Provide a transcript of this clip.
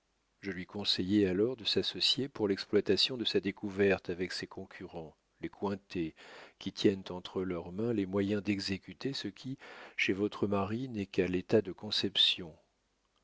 je lui conseillais alors de s'associer pour l'exploitation de sa découverte avec ses concurrents les cointet qui tiennent entre leurs mains les moyens d'exécuter ce qui chez votre mari n'est qu'à l'état de conception